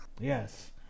Yes